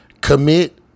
Commit